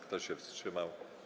Kto się wstrzymał?